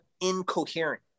incoherent